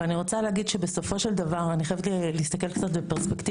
אבל אני רוצה להגיד שבסופו של דבר אני חייבת להסתכל קצת בפרספקטיבה.